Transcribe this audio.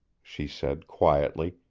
she said quietly,